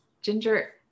Ginger